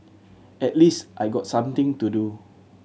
at least I got something to do